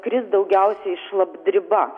kris daugiausiai šlapdriba